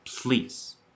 please